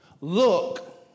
Look